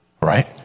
Right